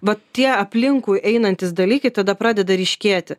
va tie aplinkui einantys dalykai tada pradeda ryškėti